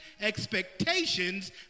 expectations